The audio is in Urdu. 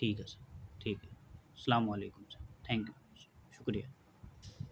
ٹھیک ہے سر ٹھیک ہے اسلام علیکم سر تھینک یو شکریہ